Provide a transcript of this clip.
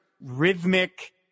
rhythmic